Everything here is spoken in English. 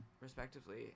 respectively